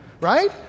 right